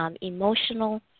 emotional